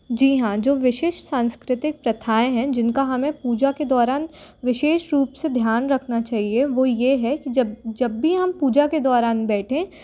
जी हाँ जो विशिष्ट सांस्कृतिक प्रथाएं हैं जिनका हमें पूजा के दौरान विशेष रूप से ध्यान रखना चाहिए वो ये है कि जब जब भी हम पूजा के दौरान बैठें